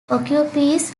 occupies